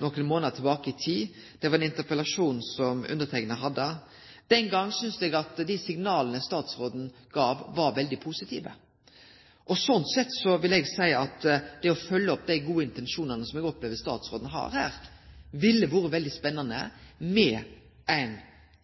nokre månader tilbake i tid. Det var ein interpellasjon som eg hadde. Den gongen syntes eg at dei signala statsråden gav, var veldig positive. Slik sett vil eg seie at for å følgje opp dei gode intensjonane som eg opplevde statsråden hadde her, ville det ha vore veldig spennande med ei